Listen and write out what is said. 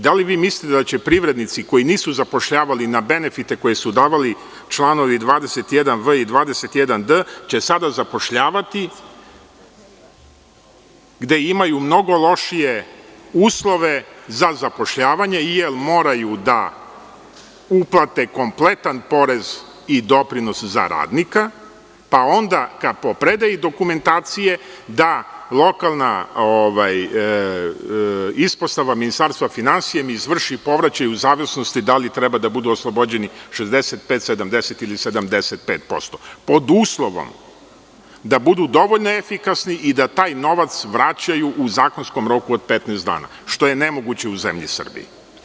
Da li vi mislite da će privrednici koji nisu zapošljavali na benefite koje su davali članovi 21v i 21d će sada zapošljavati gde imaju mnogo lošije uslove za zapošljavanje jer moraju da uplate kompletan porez i doprinos za radnika, pa onda nakon predaje dokumentacije da lokalna ispostava Ministarstva finansija izvrši povraćaj u zavisnosti da li treba da budu oslobođeni 65%, 70% ili 75% pod uslovom da budu dovoljno efikasni i da taj novac vraćaju u zakonskom roku od 15 dana, što je nemoguće u zemlji Srbiji.